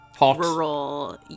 Rural